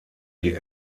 die